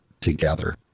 together